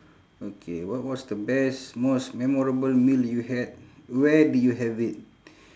okay what what's the best most memorable meal you had where did you have it